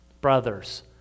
brothers